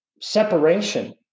separation